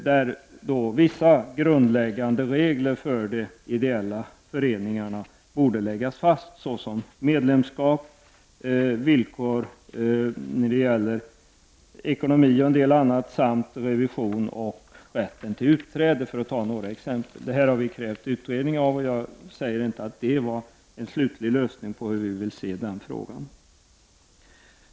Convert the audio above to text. Där borde vissa grundläggande regler för de ideella föreningarna läggas fast såsom medlemskap, villkor när det gäller ekonomi etc. samt revision och rätten till utträde, för att ta några exempel. Vi har krävt en utredning om detta, och jag säger inte att det var en slutlig lösning på hur vi vill se den frågan.